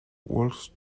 walks